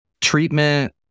treatment